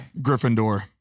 Gryffindor